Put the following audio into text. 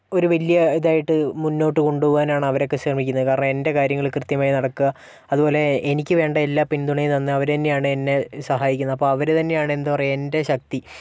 ഒരു വലിയ ഇതായിട്ട് മുന്നോട്ട് കൊണ്ടുപോകാനാണ് അവരൊക്കെ ശ്രമിക്കുന്നത് കാരണം എൻ്റെ കാര്യങ്ങൾ കൃത്യമായി നടക്കുക അതുപോലെ എനിക്ക് വേണ്ട എല്ലാ പിന്തുണയും തന്ന് അവരെന്നെയാണ് എന്നെ സഹായിക്കുന്നെ അപ്പോൾ അവര് തന്നെയാണ് എന്താ പറയുക എൻ്റെ ശക്തി